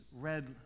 red